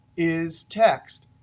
is text,